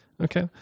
Okay